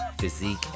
physique